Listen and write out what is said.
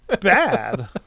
bad